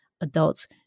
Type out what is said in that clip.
adults